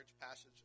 passage